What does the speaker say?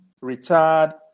retired